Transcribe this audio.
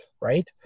Right